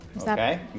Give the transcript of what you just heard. Okay